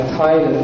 tied